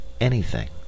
anything